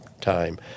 time